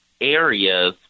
areas